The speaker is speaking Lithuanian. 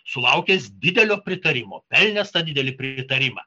sulaukęs didelio pritarimo pelnęs tą didelį pritarimą